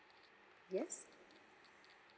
yes